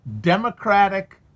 democratic